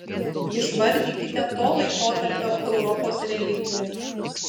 išvardykite to laikotarpio europos religijas